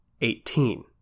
eighteen